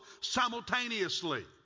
simultaneously